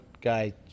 guy